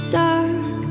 dark